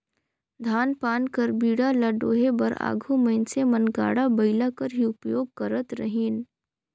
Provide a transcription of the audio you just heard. धान पान कर बीड़ा ल डोहे बर आघु मइनसे मन गाड़ा बइला कर ही उपियोग करत रहिन